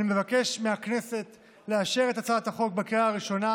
אני מבקש מהכנסת לאשר את הצעת החוק בקריאה הראשונה